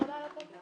תודה רבה לאדוני.